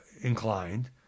inclined